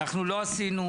אנחנו לא עשינו,